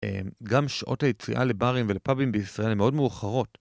גם שעות היציאה לברים ולפאבים בישראל הן מאוד מאוחרות.